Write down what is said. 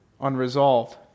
unresolved